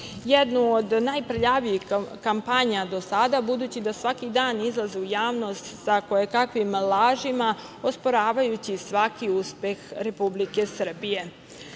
jednu od najprljavijih kampanja do sada, budući da svaki dan izlaze u javnost sa kojekakvim lažima, osporavajući svaki uspeh Republike Srbije.